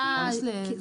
זה